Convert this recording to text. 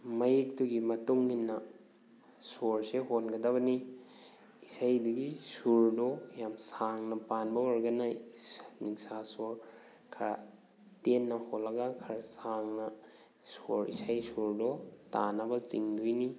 ꯃꯌꯦꯛꯇꯨꯒꯤ ꯃꯇꯨꯡꯏꯟꯅ ꯁꯣꯔꯁꯦ ꯍꯣꯟꯒꯗꯕꯅꯤ ꯏꯁꯩꯗꯨꯒꯤ ꯁꯨꯔꯗꯣ ꯌꯥꯝ ꯁꯥꯡꯅ ꯄꯥꯟꯕ ꯑꯣꯏꯔꯒꯅ ꯅꯤꯡꯁꯥꯁꯣꯔ ꯈꯔ ꯇꯦꯟꯅ ꯍꯣꯜꯂꯒ ꯈꯔ ꯁꯥꯡꯅ ꯁꯣꯔ ꯏꯁꯩ ꯁꯨꯔꯗꯣ ꯇꯥꯅꯕ ꯆꯤꯡꯗꯣꯏꯅꯤ